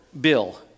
bill